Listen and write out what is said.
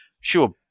sure